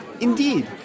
Indeed